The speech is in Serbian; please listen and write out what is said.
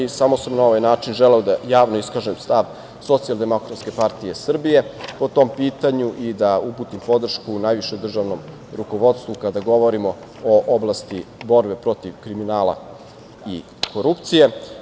Samo sam na ovaj način želeo da javno iskažem stav Socijaldemokratske partije Srbije po tom pitanju i da uputim podršku najvišem državnom rukovodstvu, kada govorimo o oblasti borbe protiv kriminala i korupcije.